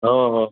हो हो